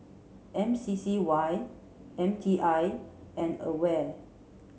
M C C Y M T I and AWARE